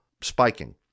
spiking